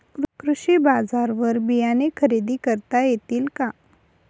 कृषी बाजारवर बियाणे खरेदी करता येतील का?